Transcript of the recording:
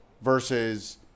versus